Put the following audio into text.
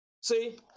See